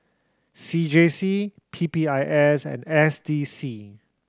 C J C P P I S and S D C